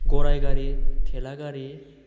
गराइ गारि थेला गारि